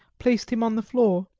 placed him on the floor.